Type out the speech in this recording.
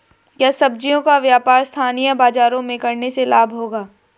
क्या सब्ज़ियों का व्यापार स्थानीय बाज़ारों में करने से लाभ होगा?